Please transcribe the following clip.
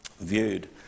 viewed